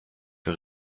für